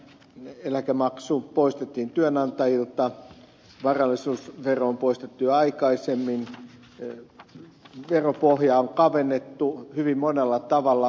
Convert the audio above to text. kansaneläkemaksu poistettiin työnantajilta varallisuusvero on poistettu jo aikaisemmin veropohjaa on kavennettu hyvin monella tavalla